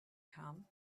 come